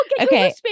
okay